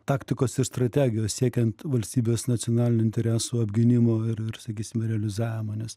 taktikos ir strategijos siekiant valstybės nacionalinių interesų apgynimo ir ir sakysim realizavimo nes